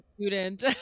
student